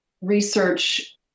research